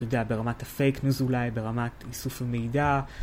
יודע, ברמת הפייק נייוז אולי, ברמת איסוף המידע